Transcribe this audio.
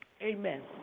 Amen